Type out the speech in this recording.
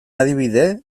adibide